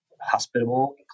hospitable